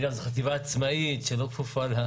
אגב, זו חטיבה עצמאית שלא כפופה.